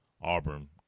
Auburn